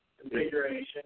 Configuration